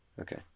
Okay